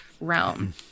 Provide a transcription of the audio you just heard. realm